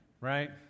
Right